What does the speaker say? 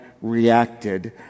reacted